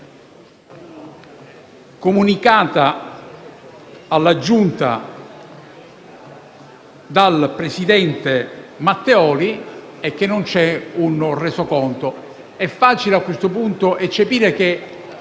comunicata alla Giunta dal presidente Matteoli e che non c'è un resoconto. È facile a questo punto eccepire che